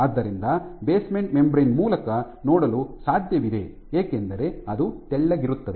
ಆದ್ದರಿಂದ basement membrane ಮೂಲಕ ನೋಡಲು ಸಾಧ್ಯವಿದೆ ಏಕೆಂದರೆ ಅದು ತೆಳ್ಳಗಿರುತ್ತದೆ